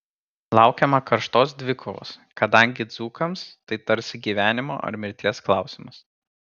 laukiama karštos dvikovos kadangi dzūkams tai tarsi gyvenimo ar mirties klausimas